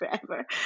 forever